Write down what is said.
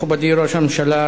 מכובדי ראש הממשלה,